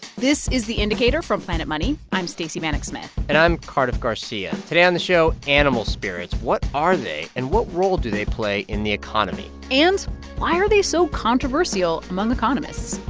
this is the indicator from planet money. i'm stacey vanek smith and i'm cardiff garcia. today on the show, animal spirits what are they, and what role do they play in the economy? and why are they so controversial among economists?